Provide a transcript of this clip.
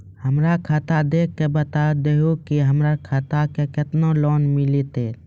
हमरा खाता देख के बता देहु के हमरा के केतना लोन मिलथिन?